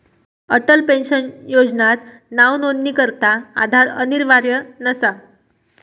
Atal pension योजनात नावनोंदणीकरता आधार अनिवार्य नसा